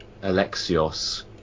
Alexios